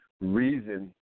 reason